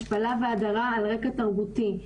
השפלה והדרה על רקע תרבותי,